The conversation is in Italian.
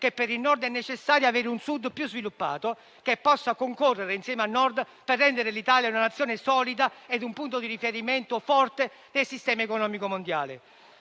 che per il Nord è necessario avere un Sud più sviluppato, che possa concorrere insieme al Nord per rendere l'Italia una Nazione solida e un punto di riferimento forte nel sistema economico mondiale.